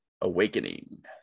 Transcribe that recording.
Awakening